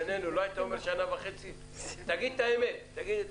לא היית אומר שנה וחצי תגיד את האמת?